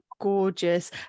gorgeous